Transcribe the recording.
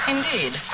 Indeed